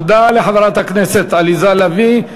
תודה לחברת הכנסת עליזה לביא.